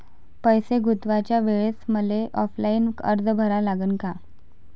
पैसे गुंतवाच्या वेळेसं मले ऑफलाईन अर्ज भरा लागन का?